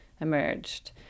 emerged